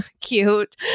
cute